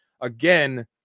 again